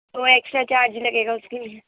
تو extra charge لگے گا اُس کے لیے